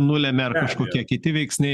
nulemia ar kažkokie kiti veiksniai